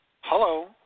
Hello